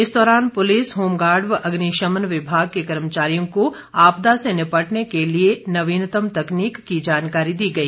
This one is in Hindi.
इस दौरान पुलिस होमगार्ड व अग्निशमन विभाग के कर्मचारियों को आपदा से निपटने के लिए नवीनतम तकनीक की जानकारी दी गई